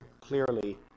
clearly